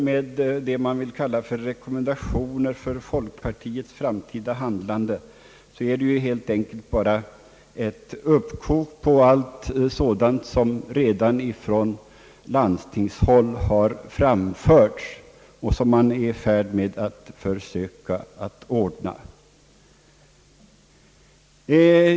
Och det som väl skall vara rekommendationer för folkpartiets framtida handlande är helt enkelt ett uppkok på allt man har aktualiserat från landstingshåll och redan är i färd med att ordna.